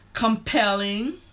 Compelling